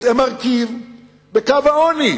הם מרכיב בקו העוני.